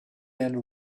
and